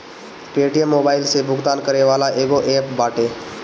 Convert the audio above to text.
Paytm mobile से भुगतान करे वाला एगो एप्प बाटे